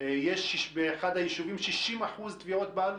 יש באחד היישובים 60% תביעות בעלות.